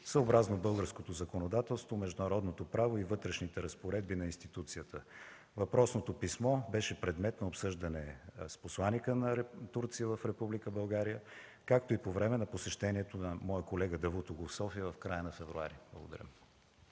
съобразно българското законодателство, международното право и вътрешните разпоредби на институцията. Въпросното писмо беше предмет на обсъждане с посланика на Република Турция в Република България, както и по време на посещението на моя колега Давутоглу в София в края на февруари. Благодаря.